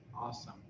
awesome